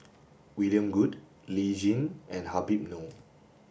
William Goode Lee Tjin and Habib Noh